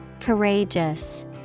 courageous